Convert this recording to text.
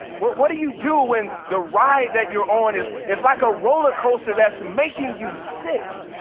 what what do you do when the ride that you're on is is like a roller coaster that's making you sick?